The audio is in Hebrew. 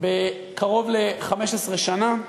בקרוב ל-15 שנה.